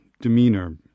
demeanor